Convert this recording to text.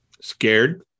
Scared